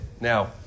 Now